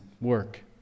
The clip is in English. work